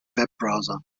webbrowser